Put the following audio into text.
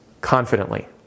confidently